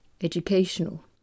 Educational